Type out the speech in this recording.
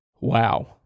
Wow